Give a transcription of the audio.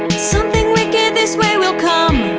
something wicked this way will come.